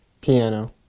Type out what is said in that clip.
Piano